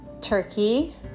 turkey